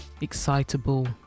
excitable